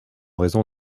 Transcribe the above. raison